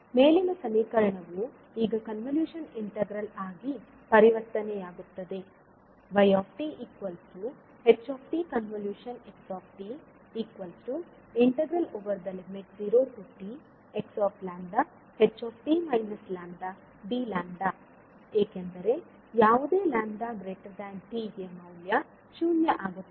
ಮೇಲಿನ ಸಮೀಕರಣವು ಈಗ ಕನ್ವಲೂಶನ್ ಇಂಟಿಗ್ರಲ್ ಆಗಿ ಪರಿವರ್ತನೆಯಾಗುತ್ತದೆ yhx0txλht λdλ ಏಕೆಂದರೆ ಯಾವುದೇ λt ಗೆ ಮೌಲ್ಯ 0 ಆಗುತ್ತದೆ